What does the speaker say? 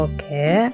Okay